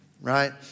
right